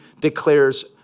declares